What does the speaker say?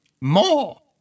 more